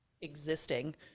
existing